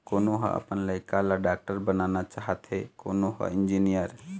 कोनो ह अपन लइका ल डॉक्टर बनाना चाहथे, कोनो ह इंजीनियर